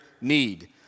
need